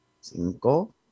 Cinco